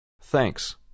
Thanks